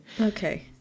Okay